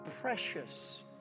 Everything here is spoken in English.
precious